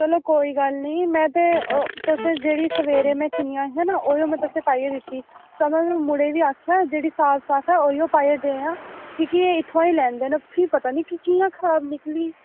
चलो कोई गल्ल नीं में ते तुसें जेह्ड़ियां सवेरे में चुनियां हियां ना ओह् में तुसेंगी पाइयै दित्ती चलो में हून मुड़े गी आखेआ जेह्ड़ी साफ साफ हियां ओह् हियो पाइयै देआं क्योंकि एह् लैन देन फ्ही पता नीं कियां खराब निकली